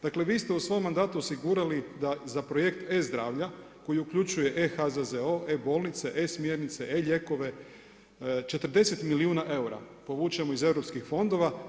Dakle, vi ste u svom mandatu osigurali da za projekt e-zdravlja koji uključuje e-HZZO, e-bolnice, e-smjernice, e-lijekove 40 milijuna eura povučemo iz EU fondova.